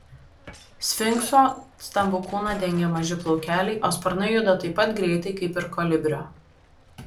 sfinkso stambų kūną dengia maži plaukeliai o sparnai juda taip pat greitai kaip ir kolibrio